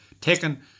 taken